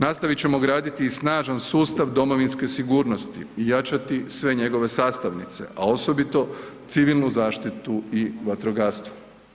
Nastavit ćemo graditi i snažan sustav domovinske sigurnosti i jačati sve njegove sastavnice, a osobito civilnu zaštitu i vatrogastvo.